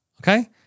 Okay